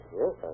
yes